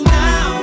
now